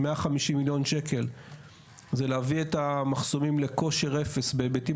150 מיליון שקל זה להביא את המחסומים לכושר 0 בהיבטים